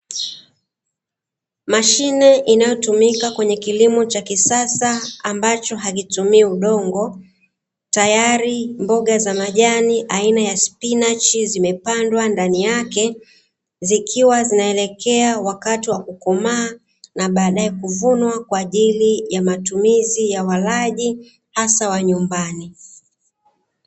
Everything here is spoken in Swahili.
Mashine inayotumika kwenye kilimo cha kisasa ambacho hakitumii udongo, tayari mboga za majani aina ya spinachi zimepandwa ndani yake zikiwa zinaelekea wakati wa kukomaa na baadae kuvunwa kwa ajili ya matumizi ya walaji hasa wa nyumbani.